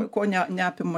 ko ne neapima